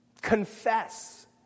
Confess